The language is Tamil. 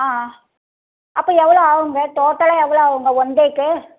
ஆ அப்போ எவ்வளோ ஆகும்ங்க டோட்டலாக எவ்வளோ ஆகுங்க ஒன் டேவுக்கு